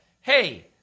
hey